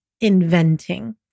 inventing